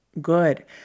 good